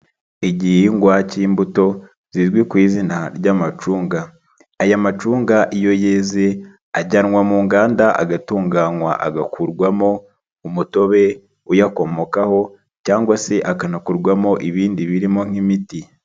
Igihingwa cy'imbuto zizwi ku izina ry'amacunga, aya macunga iyo yeze, ajyanwa mu nganda agatunganywa agakurwamo umutobe uyakomokaho cyangwa se akanakurwamo ibindi birimo nk'imiti.